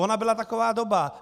Ona byla taková doba.